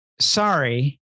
sorry